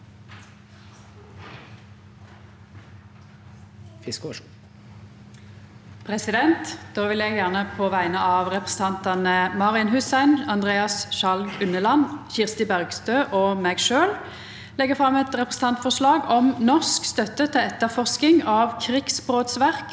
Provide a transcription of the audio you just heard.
Då vil eg gjerne på vegner av representantane Marian Hussein, Andreas Sjalg Unneland, Kirsti Bergstø og meg sjølv leggja fram eit representantforslag om norsk støtte til etterforsking av krigsbrotsverk